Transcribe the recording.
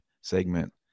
segment